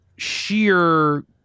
Sheer